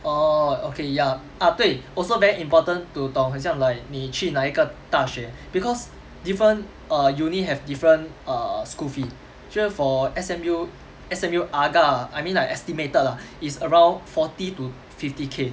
oh okay yeah ah 对 also very important to 懂很像 like 你去哪一个大学 because different err uni have different err school fee 就是 for S_M_U S_M_U agak ah I mean like estimated lah is around forty to fifty K